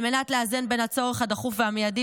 על מנת לאזן בין הצורך הדחוף והמיידי